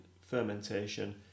fermentation